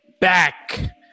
back